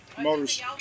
motor's